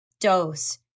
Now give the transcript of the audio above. dose